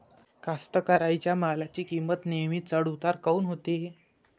कास्तकाराइच्या मालाची किंमत नेहमी चढ उतार काऊन होते?